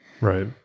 right